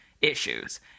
issues